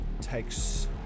takes